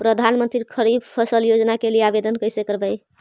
प्रधानमंत्री खारिफ फ़सल योजना के लिए आवेदन कैसे करबइ?